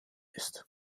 ist